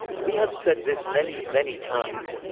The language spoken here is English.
we have said this many, many times.